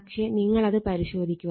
പക്ഷെ നിങ്ങളത് പരിശോധിക്കുക